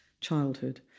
childhood